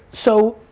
so.